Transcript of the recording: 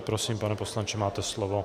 Prosím, pane poslanče, máte slovo.